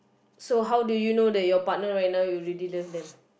so how do you know that your partner right now you really love them